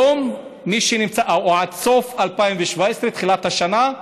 היום, או עד סוף 2017, תחילת השנה,